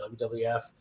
WWF